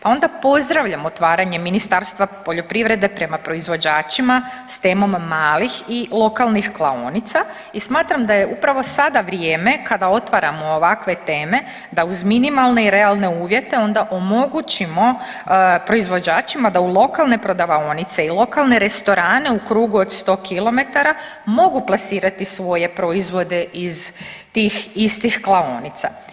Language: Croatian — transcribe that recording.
Pa onda pozdravljam otvaranje Ministarstva poljoprivrede prema proizvođačima s temom malih i lokalnih klaonica i smatram da je upravo sada vrijeme kada otvaramo ovakve teme da uz minimalne i realne uvjete onda omogućimo proizvođačima da u lokalne prodavaonice i u lokalne restorane u krugu od 100km mogu plasirati svoje proizvode iz tih istih klaonica.